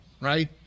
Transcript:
right